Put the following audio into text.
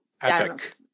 epic